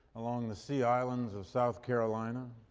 along the sea islands of south carolina.